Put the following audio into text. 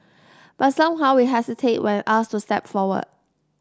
but somehow we hesitate when asked to step forward